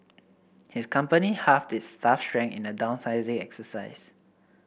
his company halved its staff strength in a downsizing exercise